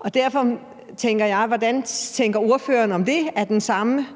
og derfor tænker jeg, hvad ordføreren tænker om det – at den samme